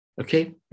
Okay